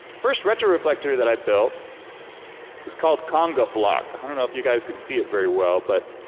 first retroreflector that i built is called conga flock. i don't know if you guys can see it very well, but